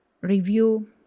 review